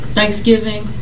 Thanksgiving